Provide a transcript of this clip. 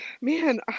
man